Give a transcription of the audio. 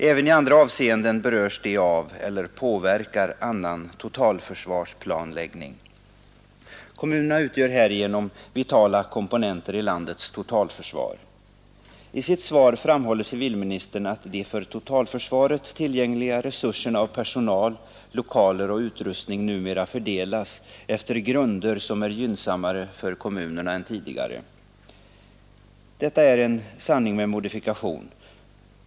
Även i andra avseenden berörs de av eller påverkar totalförsvarsplanläggningen. Kommunerna utgör härigenom vitala komponenter i landets totalförsvar. I sitt svar framhåller civilministern att de för totalförsvaret tillgängliga resurserna av personal, lokaler och utrustning numera fördelas efter grunder som är gynnsammare för kommunerna än tidigare. Detta är en sanning med modifikation.